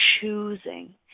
choosing